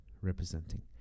representing